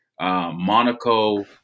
Monaco